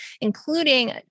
including